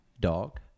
dog